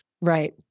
Right